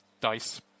dice